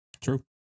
true